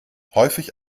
häufig